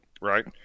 Right